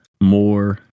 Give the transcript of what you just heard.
more